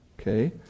Okay